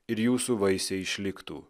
ir jūsų vaisiai išliktų